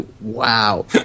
wow